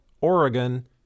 Oregon